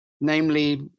Namely